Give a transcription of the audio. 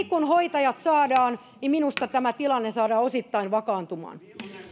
kun hoitajat saadaan niin minusta tämä tilanne saadaan osittain vakaantumaan